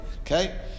Okay